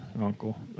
Uncle